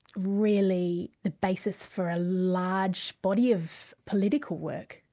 really the basis for a large body of political work,